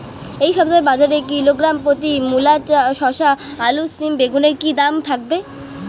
এই সপ্তাহে বাজারে কিলোগ্রাম প্রতি মূলা শসা আলু সিম বেগুনের কী দাম থাকবে?